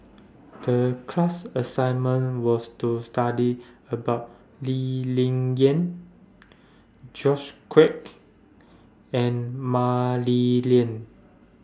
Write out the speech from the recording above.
The class assignment was to study about Lee Ling Yen George Quek and Mah Li Lian